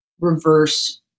reverse